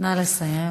נא לסיים.